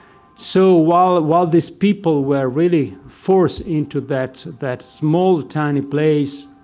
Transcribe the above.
so while while these people were really forced into that that small tiny place,